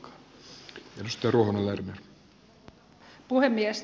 arvoisa puhemies